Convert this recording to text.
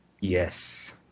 Yes